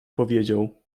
powiedział